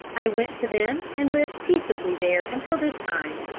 i went to them and lived peaceably there until this time.